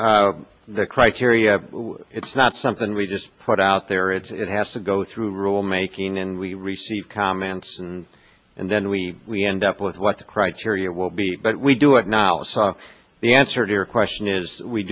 yeah the criteria it's not something we just put out there it's it has to go through rulemaking and we receive comments and then we we end up with what the criteria will be but we do acknowledge the answer to your question is we